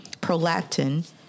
Prolactin